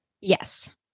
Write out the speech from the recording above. Yes